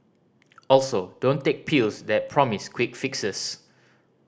also don't take pills that promise quick fixes